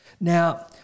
Now